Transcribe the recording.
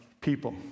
people